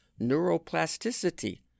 Neuroplasticity